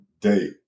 day